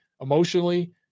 emotionally